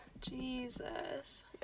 Jesus